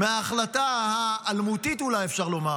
מההחלטה האלמותית אולי, אפשר לומר,